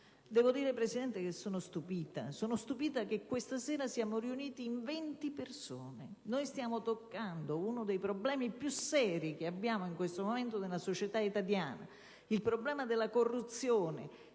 morale. Presidente, sono stupita del fatto che questa sera siamo riuniti in 20 persone. Stiamo toccando uno dei problemi più seri che abbiamo in questo momento nella società italiana, il problema della corruzione,